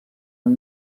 amb